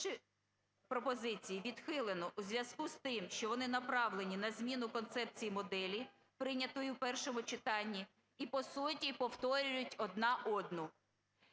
Інші пропозиції відхилено у зв'язку з тим, що вони направлені на зміну концепції моделі, прийнятої в першому читанні і, по суті, повторюють одна одну.